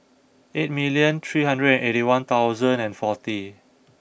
eight million three hundred eighty one thousand and forty